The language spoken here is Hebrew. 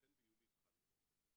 ולכן ביולי התחלנו לעשות את זה.